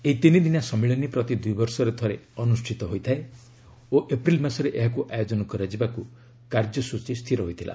ଏହି ତିନିଦିନିଆ ସମ୍ମିଳନୀ ପ୍ରତି ଦୁଇବର୍ଷରେ ଥରେ ଅନୁଷ୍ଠିତ ହୋଇଥାଏ ଓ ଏପ୍ରିଲ୍ ମାସରେ ଏହାକୁ ଆୟୋଜନ କରାଯିବାକୁ କାର୍ଯ୍ୟସୂଚୀ ଥିଲା